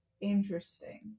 Interesting